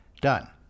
done